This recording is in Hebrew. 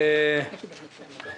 אורי דביר,